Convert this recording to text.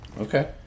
Okay